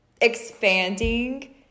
expanding